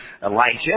Elijah